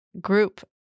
group